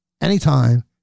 anytime